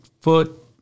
Foot